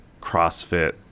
CrossFit